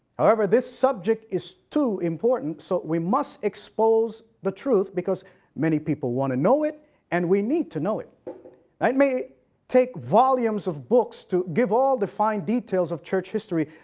however this subject is too important so we must expose the truth because many people wanna know it and we need to know it. it and may take volumes of books to give all the fine details of church history,